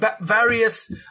various